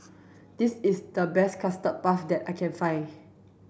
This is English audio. this is the best custard puff that I can find